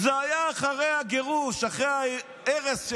זה היה אחרי הגירוש, אחרי ההרס.